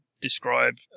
describe